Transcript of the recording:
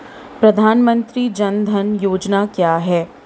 प्रधानमंत्री जन धन योजना क्या है?